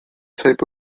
type